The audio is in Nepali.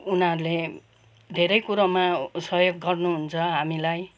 उनीहरूले धेरै कुरोमा सहयोग गर्नु हुन्छ हामीलाई